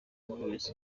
knowless